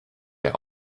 der